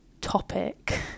topic